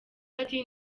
ati